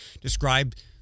described